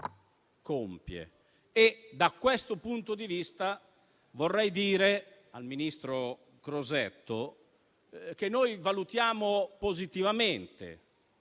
compie. Da questo punto di vista, vorrei dire al ministro Crosetto che noi valutiamo positivamente